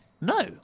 No